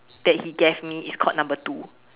that he gave me is called number two